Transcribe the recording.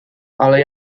ale